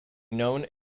known